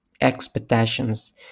expectations